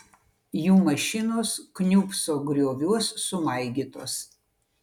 jų mašinos kniūbso grioviuos sumaigytos